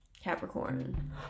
Capricorn